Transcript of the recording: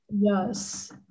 yes